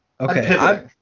Okay